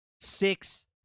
six